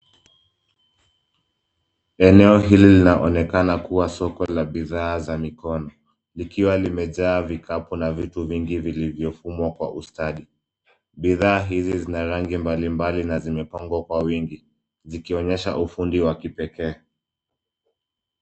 Eneo hili linaonekana kuwa soko la bidhaa za mikono likiwa limejaa vikapu na viti vingine vilivyofumwa kwa ustadi, bidhaa hizi zina rangi mbali mbali na zimepangwa kwa wengi zikionyesha ufundi wa kipekee.